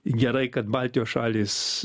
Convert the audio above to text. gerai kad baltijos šalys